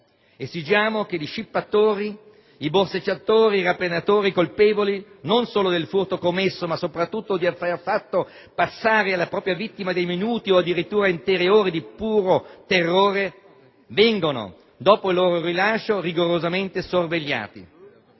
esigiamo che gli scippatori, i borseggiatori, i rapinatori, colpevoli non solo del furto commesso, ma soprattutto di aver fatto passare alla propria vittima dei minuti o addirittura intere ore di puro terrore vengano, dopo il loro rilascio, rigorosamente sorvegliati.